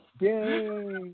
Yay